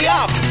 up